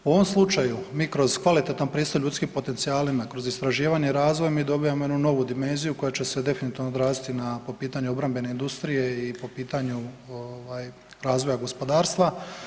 U ovom slučaju mi kroz kvalitetan pristup ljudskim potencijalima, kroz istraživanje i razvoj mi dobijamo jednu novu dimenziju koja će se definitivno odraziti na, po pitanju obrambene industrije i po pitanju ovaj razvoja gospodarstva.